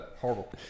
Horrible